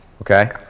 okay